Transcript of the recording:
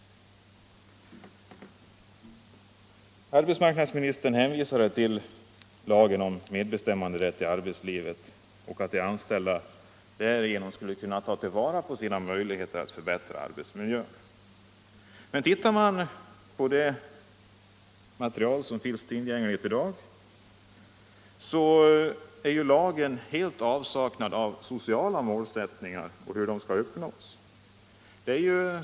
Arbetsmarknadsministern hänvisade till lagen om medbestämmanderätt i arbetslivet och trodde att de anställda genom den skulle kunna tillvarata sina möjligheter att förbättra arbetsmiljön. Tittar man på det material som finns tillgängligt i dag finner man emellertid att lagen helt saknar sociala målsättningar.